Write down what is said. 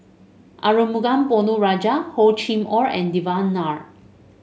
Arumugam Ponnu Rajah Hor Chim Or and Devan Nair